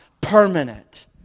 permanent